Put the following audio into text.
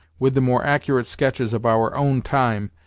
with the more accurate sketches of our own time,